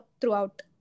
throughout